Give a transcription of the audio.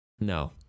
No